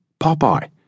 Popeye